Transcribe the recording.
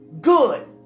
Good